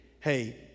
hey